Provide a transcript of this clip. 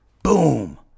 Boom